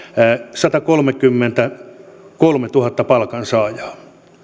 satakolmekymmentäkolmetuhatta palkansaajaa